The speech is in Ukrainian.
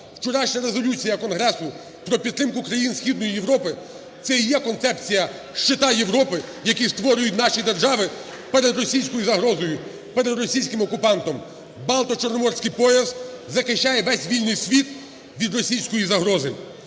Вчорашня резолюція Конгресу про підтримку країн Східної Європи – це і концепція щита Європи, який створюють наші держави перед російською загрозою, перед російським окупантом. Балто-Чорноморський пояс захищає весь вільний світ від російської загрози.